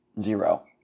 Zero